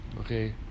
okay